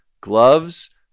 gloves